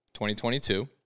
2022